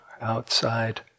outside